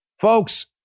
Folks